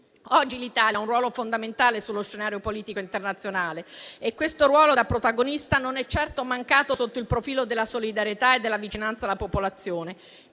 Oggi l'Italia riveste un ruolo fondamentale sullo scenario politico internazionale. Questo ruolo da protagonista non è certo mancato sotto il profilo della solidarietà e della vicinanza alla popolazione